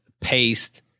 paste